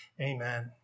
Amen